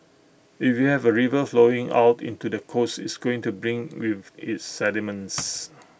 if you have A river flowing out into the coast it's going to bring with is sediments